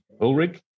Ulrich